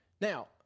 Now